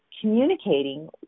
communicating